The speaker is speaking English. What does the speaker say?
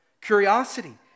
curiosity